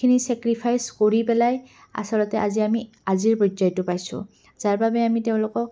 খিনি ছেক্ৰিফাইচ কৰি পেলাই আচলতে আজি আমি আজিৰ পৰ্যায়টো পাইছোঁ যাৰ বাবে আমি তেওঁলোকক